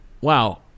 wow